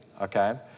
okay